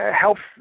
Helps